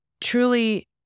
truly